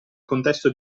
contesto